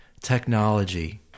Technology